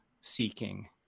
seeking